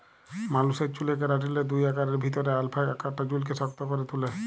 মালুসের চ্যুলে কেরাটিলের দুই আকারের ভিতরে আলফা আকারটা চুইলকে শক্ত ক্যরে তুলে